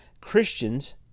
Christians